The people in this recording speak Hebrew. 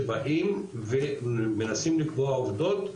שבאים ומנסים לקבוע עובדות,